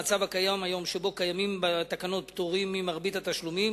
המצב הקיים היום שבו קיימים בתקנות פטורים ממרבית התשלומים